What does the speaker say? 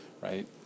right